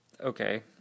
Okay